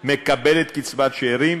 מקבלת קצבת שאירים,